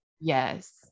Yes